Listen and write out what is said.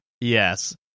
Yes